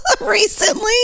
recently